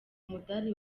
umudari